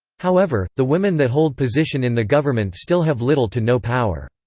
however, the women that hold position in the government still have little to no power.